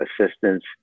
assistance